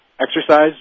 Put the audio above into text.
exercise